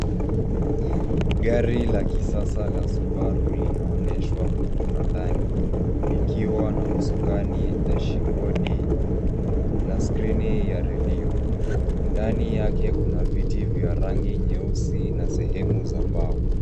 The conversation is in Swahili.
Gari la kisasa la subaru linaonyeshwa kutoka ndani likiwa na usukani, dashibodi na skrini ya redio. Ndani yake kuna viti vya rangi nyeusi na sehemu za mbao.